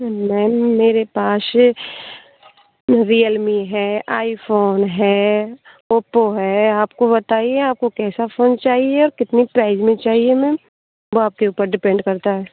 ma'am मेरे पास Realme है आईफोन है ओप्पो है आपको बताइए आपको कैसा फोन चाहिए और कितने प्राइस में चाहिए मैम वो आपके ऊपर डिपेंड करता है